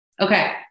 Okay